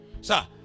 sir